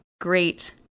great